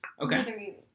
Okay